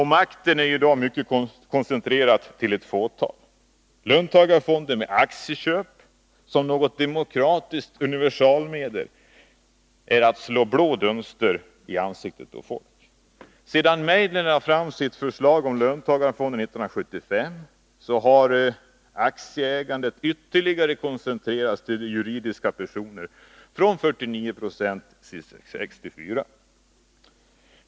Makten är i dag i stor utsträckning koncentrerad till ett fåtal. Löntagarfonder med aktieköp som något demokratiskt universalmedel är att slå blå dunster i ansiktet på folk. Sedan Meidner lade fram sitt förslag om löntagarfonder 1975 har aktieägandet ytterligare koncentrerats till juridiska personer, från 49 Jo till 64 I.